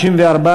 94,